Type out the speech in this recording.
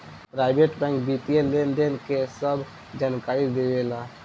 private bank वित्तीय लेनदेन के सभ जानकारी देवे ला